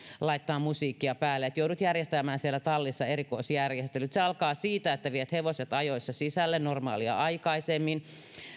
laittaa musiikkia päälle eli joudut järjestämään siellä tallissa erikoisjärjestelyt se alkaa siitä että viet hevoset ajoissa sisälle normaalia aikaisemmin